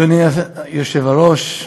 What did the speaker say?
אדוני היושב-ראש,